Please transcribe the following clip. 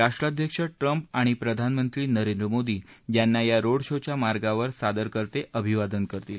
राष्ट्राध्यक्ष ट्रम्प आणि प्रधानमंत्री नरेंद्र मोदी यांना या रोडशोच्या मार्गावर सादरकर्ते अभिवादन करतील